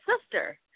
sister